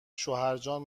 شوهرجان